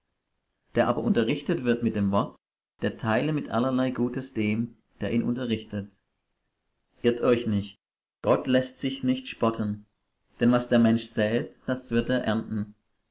der aber unterrichtet wird mit dem wort der teile mit allerlei gutes dem der ihn unterrichtet irrt euch nicht gott läßt sich nicht spotten denn was der mensch sät das wird er ernten